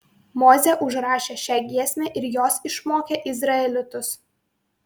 mozė užrašė šią giesmę ir jos išmokė izraelitus